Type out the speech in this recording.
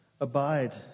Abide